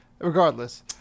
Regardless